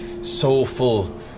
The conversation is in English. soulful